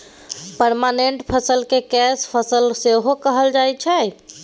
permanent फसल केँ कैस फसल सेहो कहल जाइ छै